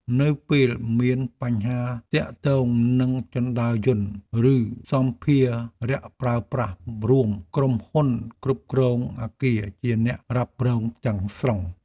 នៅពេលមានបញ្ហាទាក់ទងនឹងជណ្តើរយន្តឬសម្ភារប្រើប្រាស់រួម ក្រុមហ៊ុនគ្រប់គ្រងអគារជាអ្នករ៉ាប់រងទាំងស្រុង។